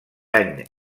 any